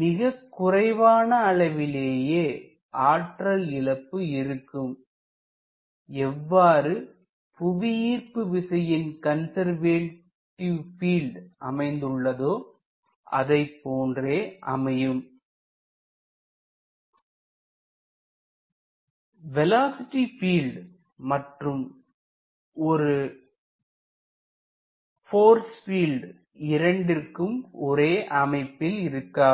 மிகக் குறைவான அளவிலேயே ஆற்றல் இழப்பு இருக்கும் எவ்வாறு புவியீர்ப்பு விசையின் கன்சர்வேட்டிவ் பீல்ட் அமைந்துள்ளதோ அதைப்போன்றே அமையும் வேலோஸிட்டி பீல்ட் மற்றும் ஒரு போர்ஸ் பீல்ட் இரண்டும் ஒரே அமைப்பில் இருக்காது